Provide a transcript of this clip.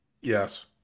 Yes